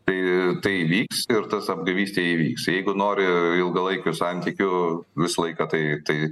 tai tai įvyks ir tas apgavystė įvyks jeigu nori ilgalaikių santykių visą laiką tai tai